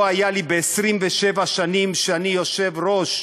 לא היה לי ב-27 שנים שאני יושב-ראש,